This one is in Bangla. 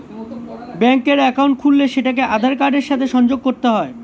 ব্যাঙ্কের অ্যাকাউন্ট খুললে সেটাকে আধার কার্ডের সাথে সংযোগ করতে হয়